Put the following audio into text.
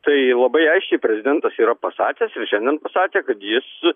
tai labai aiškiai prezidentas yra pasakęs ir šiandien pasakė kad jis